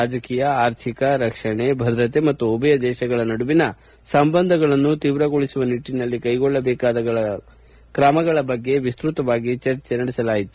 ರಾಜಕೀಯ ಆರ್ಥಿಕ ರಕ್ಷಣಾ ಭದ್ರತೆ ಮತ್ತು ಉಭಯ ದೇಶಗಳ ನಡುವಿನ ಸಂಬಂಧಗಳನ್ನು ತೀವ್ರಗೊಳಿಸುವ ನಿಟ್ಟಿನಲ್ಲಿ ಕೈಗೊಳ್ಳಬೇಕಾದ ಕ್ರಮಗಳ ಬಗ್ಗೆ ವಿಸ್ತ್ತತವಾಗಿ ಚರ್ಚಿಸಿದರು